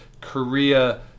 Korea